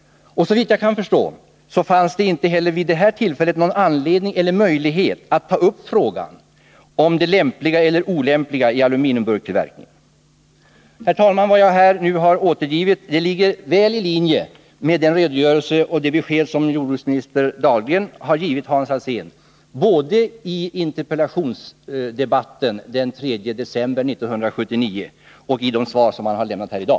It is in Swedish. Såvitt jag kan förstå fanns det inte heller vid det tillfället någon anledning eller någon möjlighet att ta upp frågan om det lämpliga eller olämpliga i aluminiumburkstillverkningen. Herr talman! Vad jag här nu har återgivit ligger väl i linje med den redogörelse och det besked som jordbruksminister Dahlgren har givit Hans Alsén både i interpellationsdebatten den 3 december 1979 och i de svar som han har lämnat här i dag.